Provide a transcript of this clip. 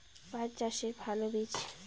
পাঠ চাষের ভালো বীজ?